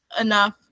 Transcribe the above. enough